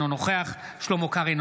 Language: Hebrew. אינו נוכח שלמה קרעי,